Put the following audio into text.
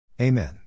Amen